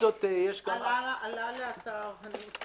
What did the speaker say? עלה לאתר הנוסח